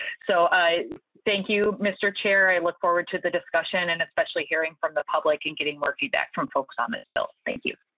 so i thank you mister chair and look forward to the discussion and especially hearing from the public and getting feedback from folks on this bill thank you.